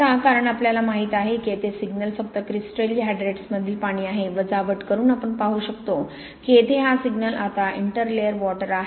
आता कारण आपल्याला माहित आहे की येथे सिग्नल फक्त क्रिस्टलीय हायड्रेट्समधील पाणी आहे वजावट करून आपण पाहू शकतो की येथे हा सिग्नल आता इंटरलेयर वॉटर आहे